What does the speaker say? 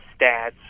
stats